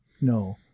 No